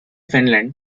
finland